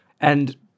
And-